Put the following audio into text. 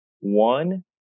One